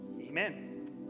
amen